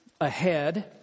ahead